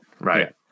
Right